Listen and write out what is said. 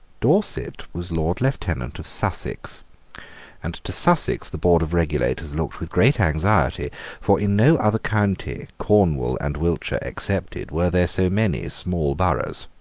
dorset was lord lieutenant of sussex and to sussex the board of regulators looked with great anxiety for in no other county, cornwall and wiltshire excepted, were there so many small boroughs.